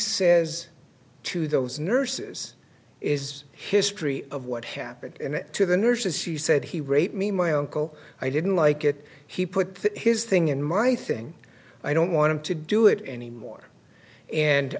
says to those nurses is history of what happened to the nurses who said he raped me my uncle i didn't like it he put his thing in my thing i don't want to do it anymore and